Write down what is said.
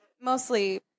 mostly